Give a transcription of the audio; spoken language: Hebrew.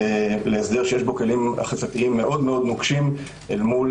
להסדר שיש בו כלים אכיפתיים מאוד נוקשים אל מול